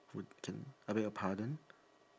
what can I beg your pardon